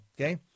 okay